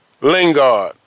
Lingard